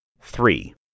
Three